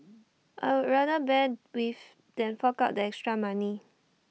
I would rather bear with than fork out the extra money